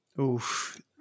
Oof